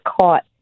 caught